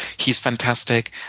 he's fantastic.